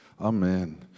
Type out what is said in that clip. Amen